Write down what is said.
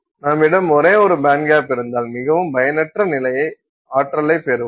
நம்மிடம் ஒரே ஒரு பேண்ட்கேப் இருந்தால் மிகவும் பயனற்ற ஆற்றலைப் பெறுவோம்